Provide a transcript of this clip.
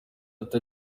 ati